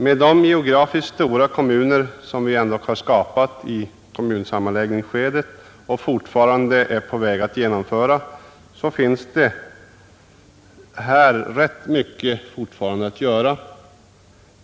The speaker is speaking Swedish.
Med de geografiskt stora kommuner som vi skapat i kommunsammanläggningsskedet och fortfarande är på väg att genomföra, finns det ännu rätt mycket att göra.